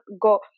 go